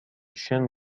chaîne